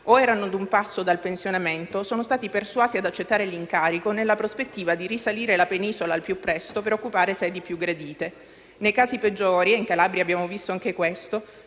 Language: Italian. o erano ad un passo dal pensionamento o sono stati persuasi ad accettare l'incarico nella prospettiva di risalire la Penisola al più presto per occupare sedi più gradite. Nei casi peggiori - e in Calabria abbiamo visto anche questo